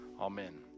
Amen